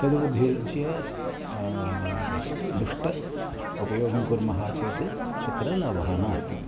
तद् उपयोज्य दुष्टम् उपयोगं कुर्मः चेत् तत्र लाभः नास्ति